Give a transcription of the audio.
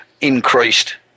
increased